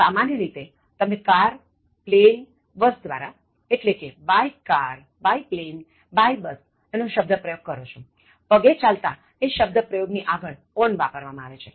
સામાન્ય રીતેતમે કારપ્લેનબસ દ્વારા એટ્લે કે by car by plane by bus નો શબ્દ પ્રયોગ કરો છો પગે ચાલતા એ શબ્દ્પ્રયોગ ની આગળ on વાપરવામાં આવે છે